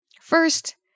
First